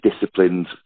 disciplined